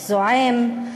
זועם?